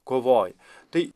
kovoji tai